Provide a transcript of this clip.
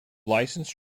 licensed